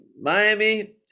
Miami